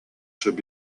should